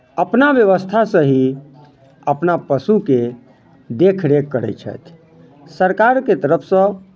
अपना व्यवस्थासँ ही अपना पशुके देखरेख करैत छथि सरकारके तरफसँ